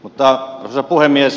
arvoisa puhemies